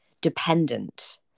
dependent